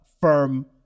firm